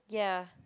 ya